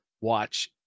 watch